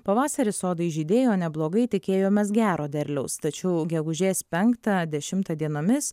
pavasarį sodai žydėjo neblogai tikėjomės gero derliaus tačiau gegužės penktą dešimtą dienomis